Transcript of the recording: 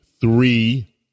three